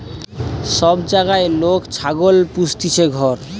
সব জাগায় লোক ছাগল পুস্তিছে ঘর